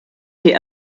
die